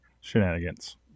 shenanigans